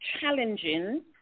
challenging